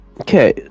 okay